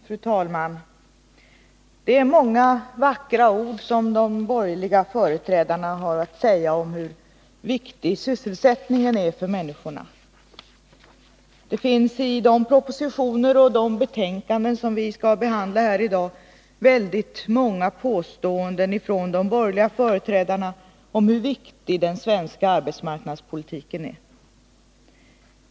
Fru talman! Det är många vackra ord som de borgerliga företrädarna har att säga om hur viktig sysselsättningen är för människorna. Det finns i de propositioner och betänkanden som vi i dag har att behandla väldigt många påståenden från de borgerliga företrädarna om hur viktig den svenska arbetsmarknadspolitiken är.